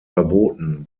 verboten